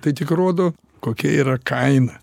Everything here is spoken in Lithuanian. tai tik rodo kokia yra kaina